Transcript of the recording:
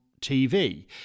TV